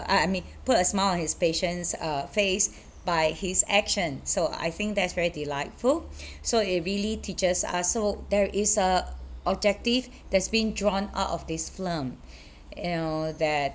uh I mean put a smile on his patient's uh face by his action so I think that's very delightful so it really teaches us so there is a objective that's been drawn out of this film you know that